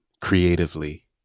creatively